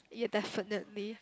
yes definitely